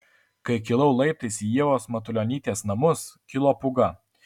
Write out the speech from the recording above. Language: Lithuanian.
kai kilau laiptais į ievos matulionytės namus kilo pūga